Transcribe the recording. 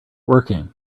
working